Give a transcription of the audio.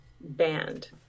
band